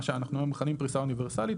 מה שאנחנו היום מכנים "פריסה אוניברסלית"